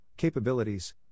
capabilities